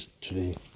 today